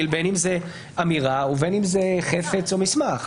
בין אם זאת אמירה ובין אם זה חפץ או מסמך.